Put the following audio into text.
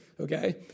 okay